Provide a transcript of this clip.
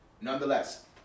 Nonetheless